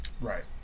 Right